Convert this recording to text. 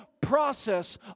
process